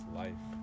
life